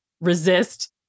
resist